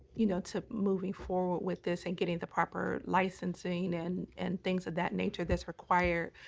you know, to moving forward with this and getting the proper licensing and and things of that nature that's required,